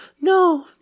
No